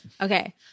okay